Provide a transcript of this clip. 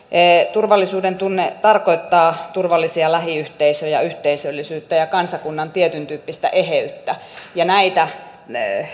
turvallisuudentunne tarkoittaa turvallisia lähiyhteisöjä yhteisöllisyyttä ja kansakunnan tietyn tyyppistä eheyttä ja näitä